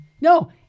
No